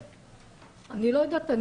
אני לא יודעת,